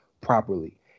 properly